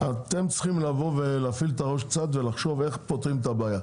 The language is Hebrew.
אתם צריכים להפעיל את הראש קצת ולחשוב איך פותרים את הבעיה.